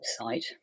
website